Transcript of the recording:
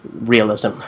realism